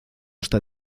está